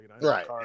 Right